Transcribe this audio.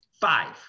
five